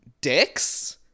Dicks